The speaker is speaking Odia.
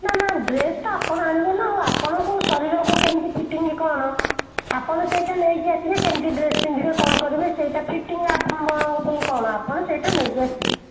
ନା ନା ଡ୍ରେସଟା ଆପଣ ଆଣିବେ ନା ଆଉ ଆପଣଙ୍କ ଶରୀରକୁ କେମିତି ଫିଟିଙ୍ଗ୍ କ'ଣ ଆପଣ ସେଇଟା ନେଇକି ଆସିବେ କେମିତି ଡ୍ରେସ୍ ପିନ୍ଧିବେ କ'ଣ କରିବେ ସେଇଟା ଫିଟିଙ୍ଗ୍ ଆପଣଙ୍କ ପାଇଁ କ'ଣ ଆପଣ ସେଇଟା ନେଇକି ଆସିବେ